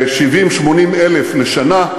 70,000 80,000 לשנה.